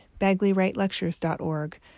BagleyWrightLectures.org